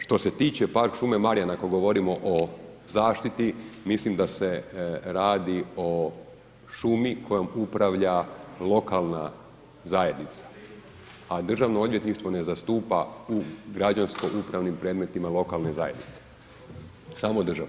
Što se tiče park šume Marjana ako govorimo o zaštiti, mislim da se radi o šumi kojom upravlja lokalna zajednica, a državno odvjetništvo ne zastupa u građansko upravnim predmetima lokalne zajednice, samo državno.